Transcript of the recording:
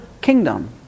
kingdom